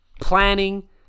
planning